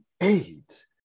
AIDS